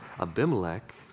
Abimelech